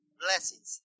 Blessings